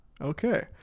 Okay